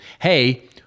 Hey